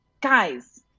guys